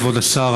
כבוד השר,